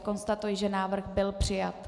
Konstatuji, že návrh byl přijat.